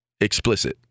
explicit